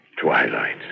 Twilight